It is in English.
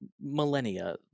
millennia